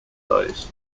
size